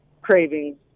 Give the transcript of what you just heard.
cravings